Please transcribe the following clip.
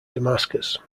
damascus